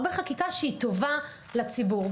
הרבה חקיקה שהיא טובה לציבור.